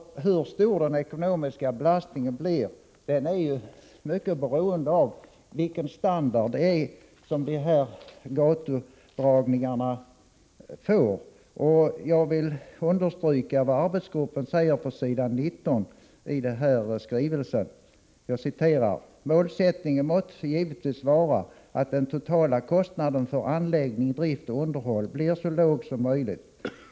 Hur stor den ekonomiska belastningen blir är i hög grad beroende av standarden på de gatuanläggningar som det gäller. Jag vill understryka vad arbetsgruppen säger på s. 19 i sin promemoria: ”Målsättningen måste givetvis vara att den totala kostnaden för anläggning, drift och underhåll blir så låg som möjligt.